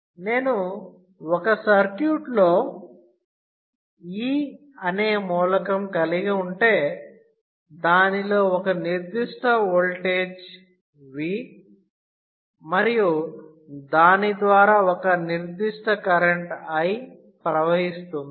నేను ఒక సర్క్యూట్ లో E అనే మూలకం కలిగి ఉంటే దానిలో ఒక నిర్దిష్ట వోల్టేజ్ V మరియు దాని ద్వారా ఒక నిర్దిష్ట కరెంట్ I ప్రవహిస్తుంది